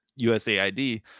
USAID